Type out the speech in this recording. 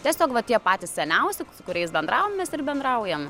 tiesiog va tie patys seniausi su kuriais bendravom mes ir bendraujam